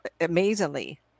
amazingly